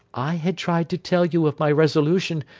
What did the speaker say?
i had tried to tell you of my resolution,